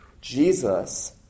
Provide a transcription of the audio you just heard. Jesus